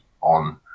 on